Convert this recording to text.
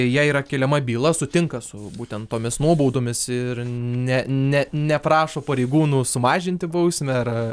jei yra keliama byla sutinka su būtent tomis nuobaudomis ir ne ne neprašo pareigūnų sumažinti bausmę ar